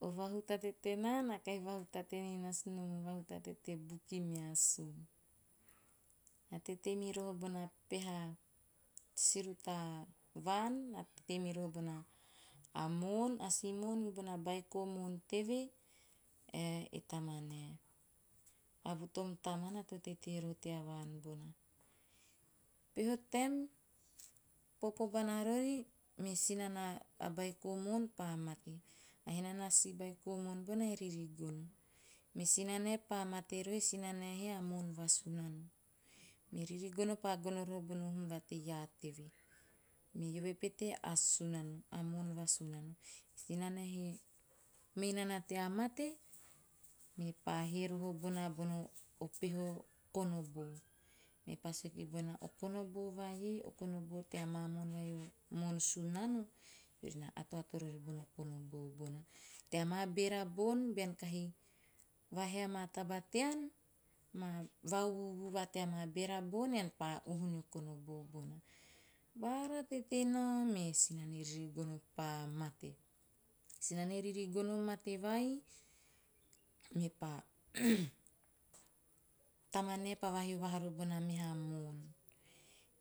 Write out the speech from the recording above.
O vahutate tenaa, nae kahi vahutate nasunom o vahutate te bukimeasun. Na teitei miriha peha siruta vaan na teitei miroho bona moon, a si moon bara baiko moon teve ae e tamanae. A vuutom tamana to teitei roho tea vaan bona. Peha taem, popo bona rori me sina na beiko moon pa mate. A henanea si beiko moon bono e ririgono. Me sinanae pa mate roho, e sainanae hae e moon va sunano, me ririgono pa gono bono hum va tei iaa teve. Me eovo pete a sunano, a moon va sunano. E sinanae he mei nana tea mate, mepa he roho bona bono peho konobo. Mepa sue kibona, "o konobo vai e konobo vai tea ma moon vaii o moon sunano, eori na ataoto rori bono konobo bona." Tea ra ma beara bon, bean kahi vahea amaa taba tean, maa va`uvu`uvuu va tea maa beera bon, ean pa uhu nio konobo bona." Bara teitei nao me sinane ririgono pa mate. Sinane ririgo mate vai, mepa, tamanae pa vahio vahaa roho bona meha moon.